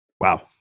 Wow